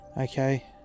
Okay